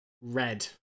red